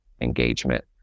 engagement